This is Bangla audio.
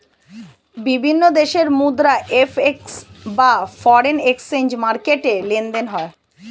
বিভিন্ন দেশের মুদ্রা এফ.এক্স বা ফরেন এক্সচেঞ্জ মার্কেটে লেনদেন হয়